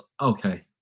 okay